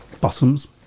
bottoms